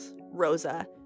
Rosa